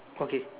okay